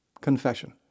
confession